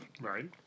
Right